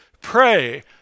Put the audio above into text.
pray